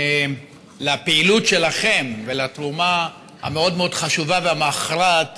הפעילות שלכם ועל התרומה המאוד-מאוד חשובה והמכרעת